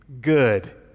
good